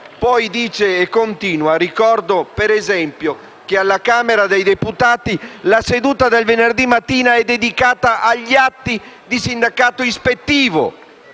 poi ha aggiunto: «Ricordo, per esempio, che alla Camera dei deputati la seduta del venerdì mattina è dedicata agli atti di sindacato ispettivo